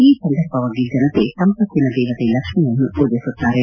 ಈ ಸಂದರ್ಭವಾಗಿ ಜನತೆ ಸಂಪತ್ತಿನ ದೇವತೆ ಲಕ್ಷ್ಮೀಯನ್ನು ಮೂಜಿಸುತ್ತಾರೆ